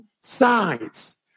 science